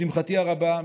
לשמחתי הרבה,